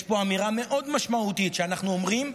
יש פה אמירה מאוד משמעותית שאנחנו אומרים,